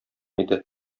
иде